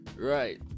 Right